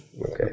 Okay